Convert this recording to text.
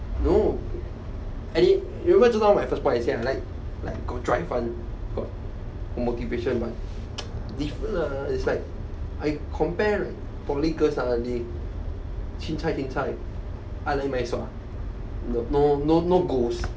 no eh remember just now my first points I'm like like got drive one got motivation one different lah it's like I compare poly girls ah they chincai chincai ailemaisua no no no goals